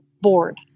board